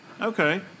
okay